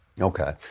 Okay